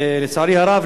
לצערי הרב,